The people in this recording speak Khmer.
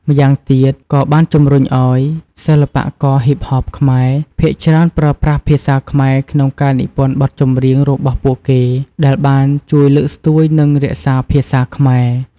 ម្យ៉ាងទៀត ក៏បានជំរុញអោយ សិល្បករ ហ៊ីបហប ខ្មែរភាគច្រើនប្រើប្រាស់ភាសាខ្មែរក្នុងការនិពន្ធបទចម្រៀងរបស់ពួកគេ ដែលបានជួយលើកស្ទួយ និងរក្សាភាសាខ្មែរ។